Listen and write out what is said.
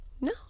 No